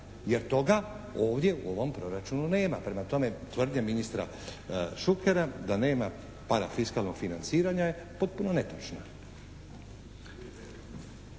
jer toga ovdje u ovom proračunu nema. Prema tome, tvrdnja ministra Šukera da nema parafiskalnog financiranja je potpuno netočna.